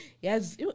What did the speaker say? Yes